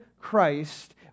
Christ